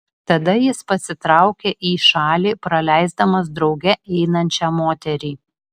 tada jis pasitraukia į šalį praleisdamas drauge einančią moterį